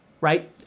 right